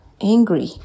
angry